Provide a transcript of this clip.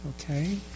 Okay